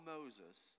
Moses